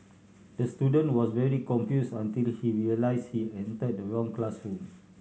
the student was very confused until he realised he entered the wrong classroom